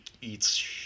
eats